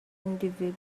individuals